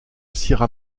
sierra